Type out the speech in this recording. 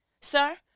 Sir